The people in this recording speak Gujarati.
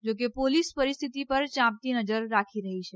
જોકે પોલીસ પરિસ્થિતિ પર યાંપતી નજર રાખી રહી છે